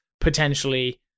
potentially